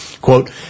Quote